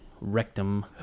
rectum